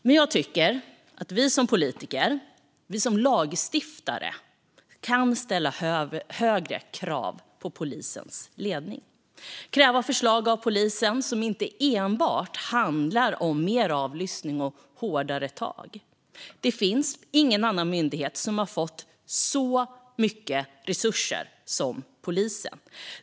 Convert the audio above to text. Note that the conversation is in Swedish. Men jag tycker att vi som politiker, som lagstiftare, kan ställa högre krav på polisens ledning. Vi kan kräva förslag av polisen som inte enbart handlar om mer avlyssning och hårdare tag. Det finns ingen annan myndighet som har fått så mycket resurser som polisen har fått.